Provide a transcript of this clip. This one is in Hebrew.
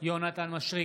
יונתן מישרקי,